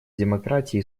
демократии